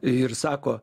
ir sako